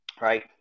Right